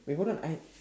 wait hold on I